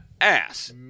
ass